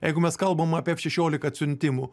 jeigu mes kalbam apie f šešiolika atsiuntimų